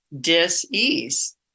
dis-ease